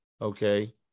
Okay